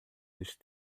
lixo